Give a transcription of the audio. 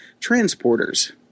Transporters